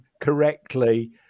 correctly